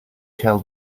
tell